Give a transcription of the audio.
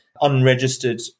unregistered